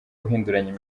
uhinduranya